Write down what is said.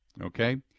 okay